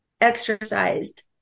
exercised